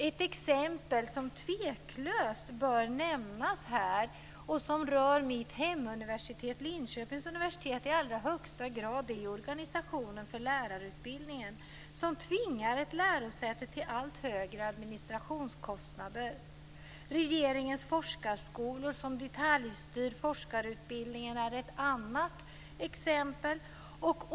Ett exempel som tveklöst bör nämnas och som rör mitt hemuniversitet, Linköpings universitet, är organisationen av lärarutbildningen, som tvingar ett lärosäte till allt högre administrationskostnader. Regeringens forskarskolor som styr forskarutbildningen är ett annat.